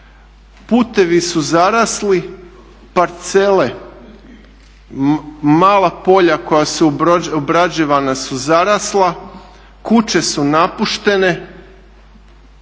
putevi su zarasli, parcele mala polja koja su obrađivana su zarasla, kuće su napuštene,